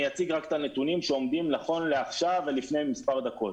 אני אציג רק את הנתונים שנכונים ללפני מספר דקות: